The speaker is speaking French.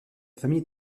famille